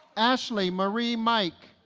ashley marie mike